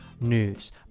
news